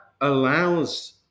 allows